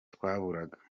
twaburaga